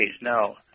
Now